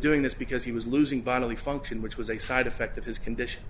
doing this because he was losing bodily function which was a side effect of his condition